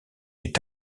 est